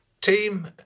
team